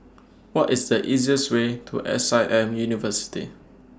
What IS The easiest Way to S I M University